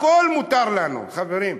הכול מותר לנו, חברים.